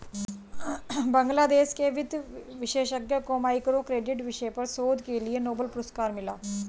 बांग्लादेश के वित्त विशेषज्ञ को माइक्रो क्रेडिट विषय पर शोध के लिए नोबेल पुरस्कार मिला